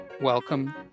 welcome